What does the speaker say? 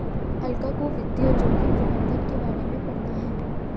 अलका को वित्तीय जोखिम प्रबंधन के बारे में पढ़ना है